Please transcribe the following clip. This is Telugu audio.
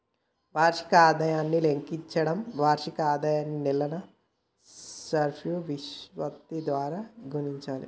వార్షిక ఆదాయాన్ని లెక్కించడానికి వార్షిక ఆదాయాన్ని నెలల సర్ఫియా విశృప్తి ద్వారా గుణించాలి